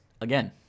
Again